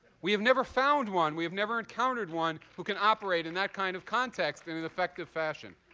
we have never found one, we have never encountered one who can operate in that kind of context in an effective fashion.